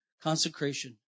consecration